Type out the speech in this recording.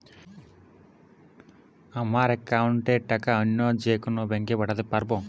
আমার একাউন্টের টাকা অন্য যেকোনো ব্যাঙ্কে পাঠাতে পারব?